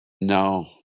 No